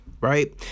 right